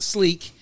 Sleek